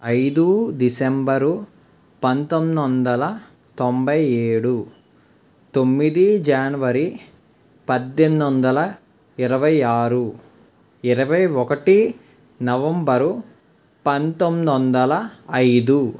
ఐదు డిసెంబరు పంతొమ్మిది వందల తొంభై ఏడు తొమ్మిది జనవరి పద్దెనిమిది వందల ఇరవై ఆరు ఇరవై ఒకటి నవంబరు పంతొమ్మది వందల ఐదు